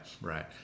right